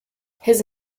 his